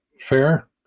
fair